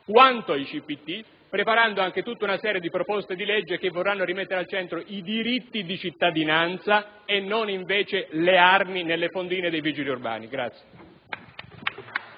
quanto i CPT, preparando anche proposte di legge per rimettere al centro i diritti di cittadinanza e non invece le armi nelle fondine dei vigili urbani.